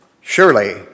Surely